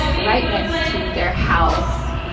right next to their house.